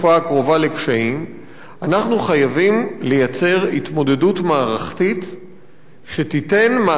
אנחנו חייבים לייצר התמודדות מערכתית שתיתן מענה לשאלת העובדים.